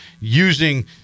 using